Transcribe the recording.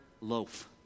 loaf